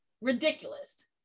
ridiculous